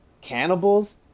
cannibals